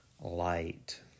light